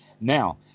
Now